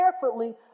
carefully